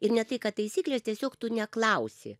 ir ne tai kad taisyklės tiesiog tu neklausi